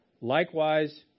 Likewise